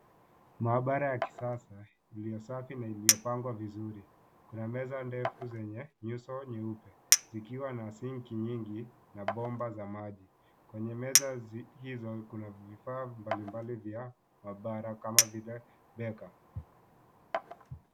Maabara ya kisasa iliyo safi na iliyopangwa vizuri. Kuna meza ndefu zenye nyuso nyeupe zikiwa na sinki nyingi na bomba za maji. Kwenye meza hizo kuna vifaa mbali mbali vya maabara kama vile beaker .